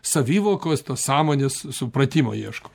savivokos tos sąmonės supratimo ieško